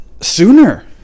sooner